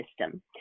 system